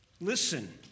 listen